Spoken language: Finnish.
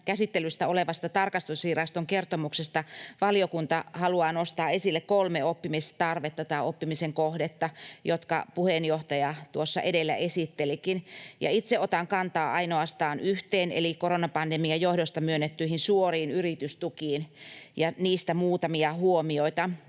käsittelyssä olevasta tarkastusviraston kertomuksesta valiokunta haluaa nostaa esille kolme oppimistarvetta tai oppimisen kohdetta, jotka puheenjohtaja tuossa edellä esittelikin. Itse otan kantaa ainoastaan yhteen eli koronapandemian johdosta myönnettyihin suoriin yritystukiin, ja niistä muutamia huomioita.